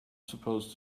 supposed